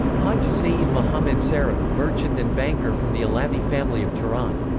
haj seyyed mohammad sarraf merchant and banker from the alavi family of tehran.